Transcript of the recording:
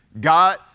God